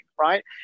right